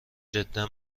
جدا